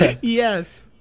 Yes